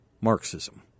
Marxism